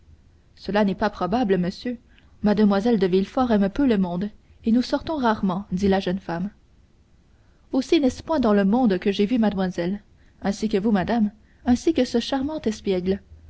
cela n'est pas probable monsieur mlle de villefort aime peu le monde et nous sortons rarement dit la jeune femme aussi n'est-ce point dans le monde que j'ai vu mademoiselle ainsi que vous madame ainsi que ce charmant espiègle